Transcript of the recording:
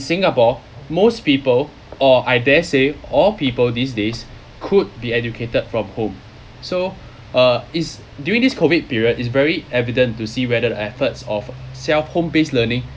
singapore most people or I dare say all people these days could be educated from home so uh it's during this period is very evident to see whether the efforts of self home based learning